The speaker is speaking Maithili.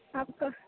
आब तऽ